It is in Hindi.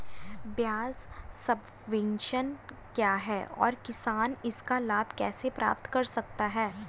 ब्याज सबवेंशन क्या है और किसान इसका लाभ कैसे प्राप्त कर सकता है?